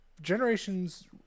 Generations